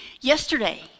Yesterday